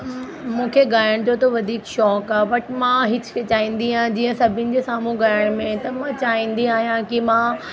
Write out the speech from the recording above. मूंखे ॻाइण जो त वधीक शौक़ु आहे बट मां हिचकिचाईंदी आं जीअं सभिनि जे साम्हूं ॻाइण में त मां चईंदी आहियां कि मां